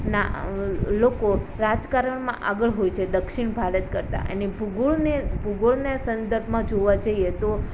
ના લોકો રાજકારણમાં આગળ હોય છે દક્ષિણ ભારત કરતાં એની ભૂગોળને ભૂગોળને સંદર્ભમાં જોવા જઈએ તો